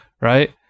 right